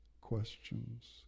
questions